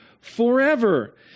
forever